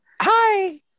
hi